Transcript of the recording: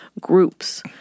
groups